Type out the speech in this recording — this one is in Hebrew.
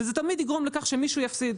וזה תמיד יגרום לכך שמישהו יפסיד.